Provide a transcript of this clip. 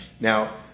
Now